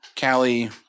Callie